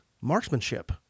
marksmanship